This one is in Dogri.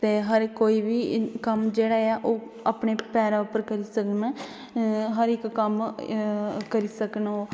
ते हर इक कोई बी कम्म जेहड़ा ऐ ओह् अपने पैरें उप्पर करी सकन हर इक कम्म करी सकन ओह्